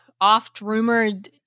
oft-rumored